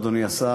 אדוני השר,